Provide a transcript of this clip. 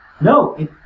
No